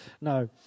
No